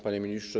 Panie Ministrze!